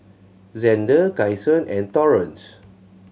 Zander Kyson and Torrance